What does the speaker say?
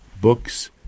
books